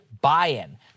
buy-in